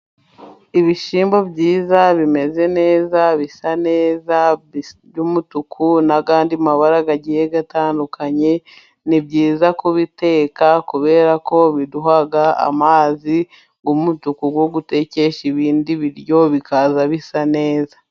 Ibishyimbo byiza, bimeze neza, bisa neza, by'umutuku, n'andi mabara agiye atandukanye, ni byiza kubiteka, kubera ko biduha amazi y'umutuku, yo gutekesha ibindi biryo, bikaza bisa neza.